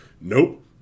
nope